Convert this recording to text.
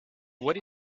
what